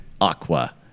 Aqua